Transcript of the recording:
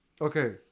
Okay